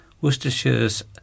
Worcestershire's